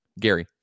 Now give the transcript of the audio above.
Gary